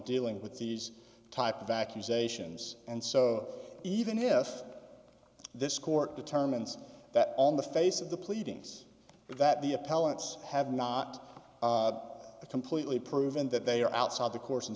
dealing with these type of accusations and so even if this court determines that on the face of the pleadings that the appellants have not completely proven that they are outside the course